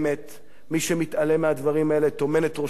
מי שמתעלם מהדברים האלה טומן את ראשו באדמה.